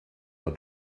are